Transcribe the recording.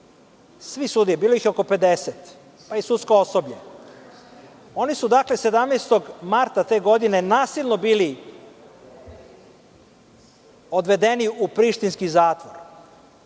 sve sudije, bilo ih je oko 50, pa i sudsko osoblje. Oni su 17. marta te godine bili nasilno odvedeni u prištinski zatvor.